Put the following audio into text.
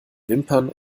wimpern